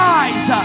eyes